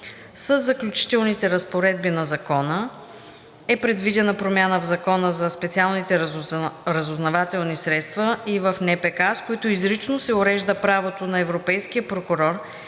Със заключителните разпоредби на закона е предвидена промяна в Закона за специалните разузнавателни средства и в НПК, с които изрично се урежда правото на европейския прокурор